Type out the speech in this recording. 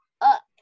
up